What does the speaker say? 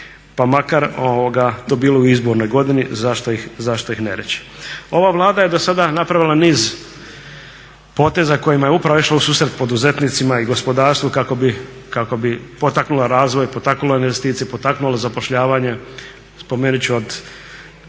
pa makar to bilo u izbornoj godini zašto ih ne reći. Ova Vlada je do sada napravila niz poteza kojima je upravo išlo u susret poduzetnicima i gospodarstvu kako bi potaknula razvoj, potaknulo investicije, potaknulo zapošljavanje. Spomenuti ću od